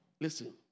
Listen